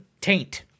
taint